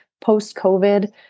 post-COVID